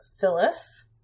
Phyllis